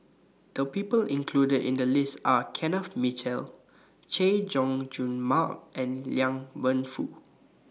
The People included in The list Are Kenneth Mitchell Chay Jung Jun Mark and Liang Wenfu